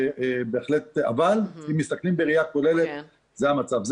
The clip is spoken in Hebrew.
אבל אם מסתכלים בראיה כוללת, זה המצב.